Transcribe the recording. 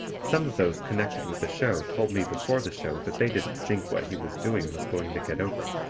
some of those connected with the show told me before the show that they didn't think what he was doing was going to get over,